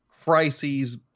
crises